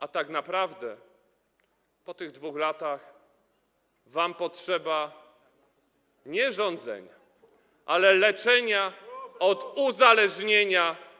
A tak naprawdę po tych 2 latach wam potrzeba nie rządzenia, ale leczenia z uzależnienia.